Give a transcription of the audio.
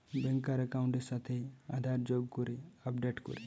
ব্যাংকার একাউন্টের সাথে আধার যোগ করে আপডেট করে